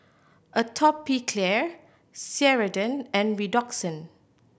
Atopiclair Ceradan and Redoxon